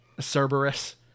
Cerberus